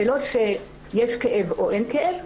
זה לא שיש כאב או אין כאב.